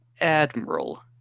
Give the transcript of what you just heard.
Admiral